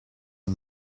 and